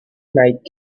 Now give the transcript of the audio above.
night